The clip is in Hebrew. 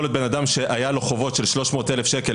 יכול להיות בן אדם שהיו לו חובות של 300,000 שקל